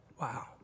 Wow